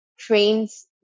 trains